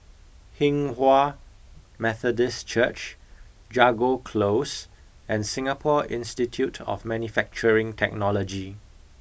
Hinghwa Methodist Church Jago Close and Singapore Institute of Manufacturing Technology